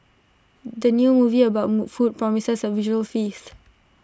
the new movie about food promises A visual feast